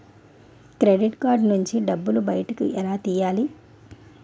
Credit card నుంచి డబ్బు బయటకు ఎలా తెయ్యలి?